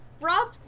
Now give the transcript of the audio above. Rob